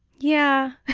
yeah.